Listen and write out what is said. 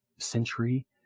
century